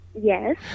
Yes